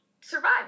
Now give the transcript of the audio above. survive